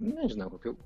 nežinau kokių